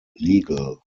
legal